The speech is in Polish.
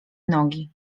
nogi